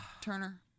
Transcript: Turner